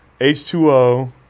H2O